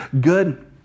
good